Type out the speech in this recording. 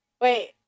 wait